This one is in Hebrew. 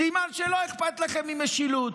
סימן שלא אכפת לכם ממשילות,